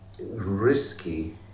risky